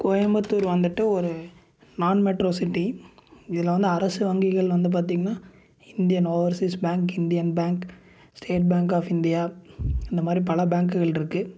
கோயம்புத்தூர் வந்துவிட்டு ஒரு நான் மெட்ரோ சிட்டி இதில் வந்து அரசு வங்கிகள் வந்து பார்த்தீங்னா Indian Overseas Bank Indian Bank State Bank of India இந்த மாதிரி பல பேங்க்குகள் இருக்கு